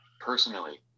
Personally